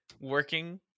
working